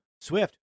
Swift